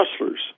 rustlers